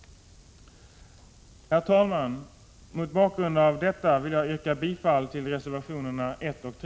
20 november 1986 i ES Mot bakgrund av detta vill jag yrka bifall till reservationerna Dätåfrågor